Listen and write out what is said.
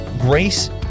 grace